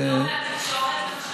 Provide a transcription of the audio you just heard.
לא מהתקשורת, למשל.